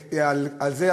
ועל זה,